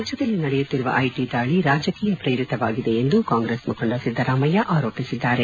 ರಾಜ್ವದಲ್ಲಿ ನಡೆಯುತ್ತಿರುವ ಐಟಿ ದಾಳಿ ರಾಜಕೀಯ ಪ್ರೇರಿತವಾಗಿದೆ ಎಂದು ಕಾಂಗ್ರೆಸ್ ಮುಖಂಡ ಸಿದ್ದರಾಮಯ್ಯ ಆರೋಪಿಸಿದ್ದಾರೆ